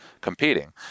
competing